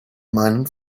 meinen